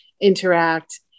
interact